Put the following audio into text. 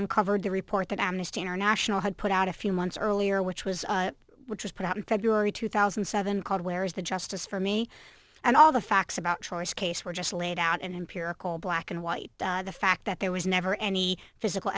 uncovered the report that amnesty international had put out a few months earlier which was which was put out in february two thousand and seven called where is the justice for me and all the facts about choice case were just laid out in empirical black and white the fact that there was never any physical